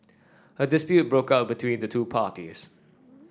a dispute broke out between the two parties